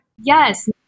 Yes